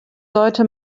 sollte